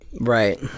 right